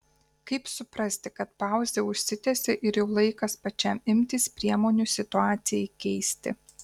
kaip suprasti kad pauzė užsitęsė ir jau laikas pačiam imtis priemonių situacijai keisti